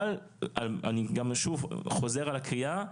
אני שוב חוזר על הקריאה,